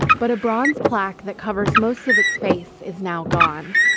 but a bronze plaque that covers most of its faith is now gone.